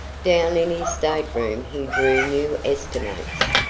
down in his stateroom he drew new estimates,